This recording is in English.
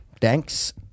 thanks